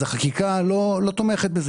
אז החקיקה לא תומכת בזה.